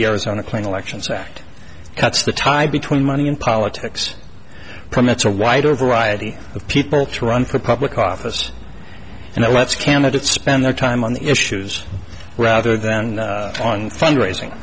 arizona clean elections act cuts the tie between money in politics permits a wider variety of people to run for public office and it lets candidates spend their time on the issues rather than on fundraising